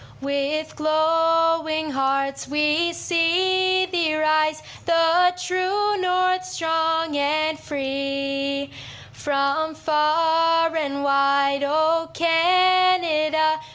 with glowing hearts we see thee rise the true north strong and free from far and wide oh canada,